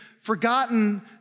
forgotten